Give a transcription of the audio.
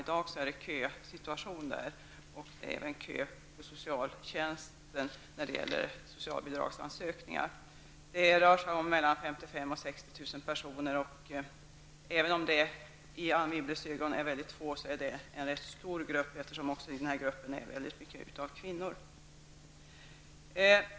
I dag är det kö där och även inom socialtjänsten när det gäller socialbidragsansökningar. Det rör sig om Wibbles ögon är ett väldigt lågt antal, är det en ganska stor grupp där det även ingår många kvinnor.